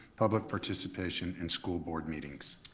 public participation in school board meetings.